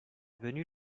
venues